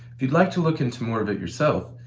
if you'd like to look into more of it yourself,